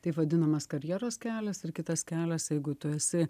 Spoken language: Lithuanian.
taip vadinamas karjeros kelias ir kitas kelias jeigu tu esi